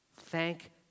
Thank